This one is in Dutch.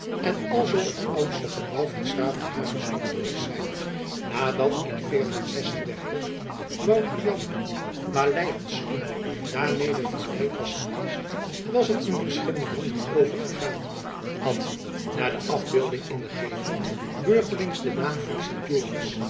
en alzoo het oudste gebouw van s gravenhage zoû geweest zijn na dat in ot an al leant zoon daarmede verlijd was geweest was het in verschillende handen overgegaan had naar de afbeelding in den gevel beurtelings den naam van